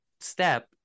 step